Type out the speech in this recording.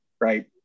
Right